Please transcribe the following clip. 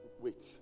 wait